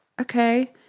okay